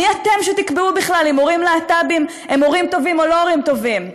מי אתם שתקבעו בכלל אם הורים להט"בים הם הורים טובים או לא הורים טובים?